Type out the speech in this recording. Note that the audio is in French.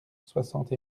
soixante